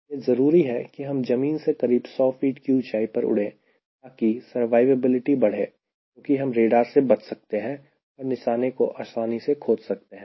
यहां जरूरी है कि हम जमीन से करीब 100 फीट की ऊंचाई पर उड़े ताकि survivability बड़े क्योंकि हम रेडार से बच सकते हैं और निशाने को आसानी से खोज सकते हैं